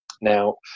Now